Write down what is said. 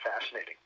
fascinating